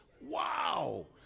Wow